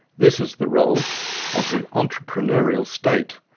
this is the role of the entrepreneurial state.